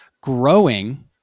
growing